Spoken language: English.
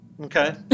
Okay